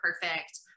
perfect